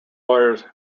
lawyers